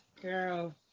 Girl